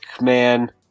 man